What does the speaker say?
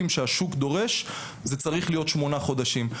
שהשוק דורש זה צריך להיות שמונה חודשים.